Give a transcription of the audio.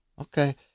okay